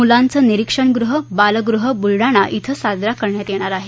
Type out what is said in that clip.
मुलांचे निरीक्षणगृह बालगृह बुलडाणा इथं साजरा करण्यात येणार आहे